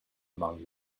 among